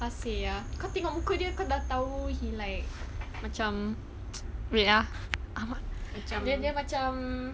how say ah kau tengok muka dia dah tahu he like macam wait ah macam dia dia macam